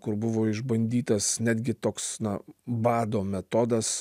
kur buvo išbandytas netgi toks na bado metodas